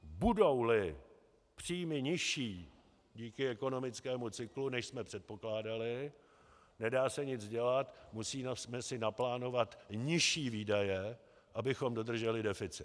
Budouli příjmy nižší díky ekonomickému cyklu, než jsme předpokládali, nedá se nic dělat, musíme si naplánovat nižší výdaje, abychom dodrželi deficit.